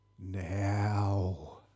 now